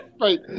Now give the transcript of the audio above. Right